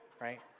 right